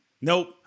Nope